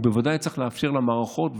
בוודאי צריך לאפשר למערכות,